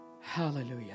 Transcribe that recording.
Hallelujah